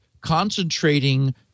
concentrating